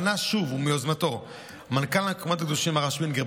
פנה שוב ומיוזמתו מנכ"ל המקומות הקדושים הרב שווינגר,